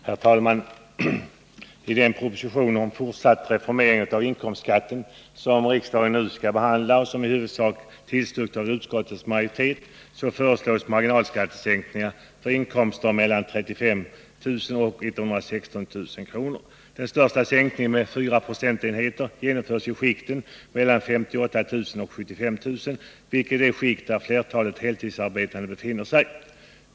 Herr talman! I den proposition om fortsatt reformering av inkomstskatten som riksdagen nu behandlar och som i huvudsak tillstyrkts av utskottets majoritet föreslås marginalskattesänkningar för inkomster mellan 35 000 och 116 000 kr. Den största sänkningen, med 4 procentenheter, genomförs i skikten mellan 58 000 kr. och 75 000 kr., vilka är de skikt där flertalet heltidsarbetande befinner sig.